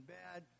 bad